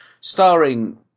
starring